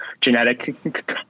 genetic